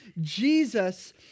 Jesus